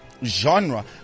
genre